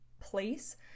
place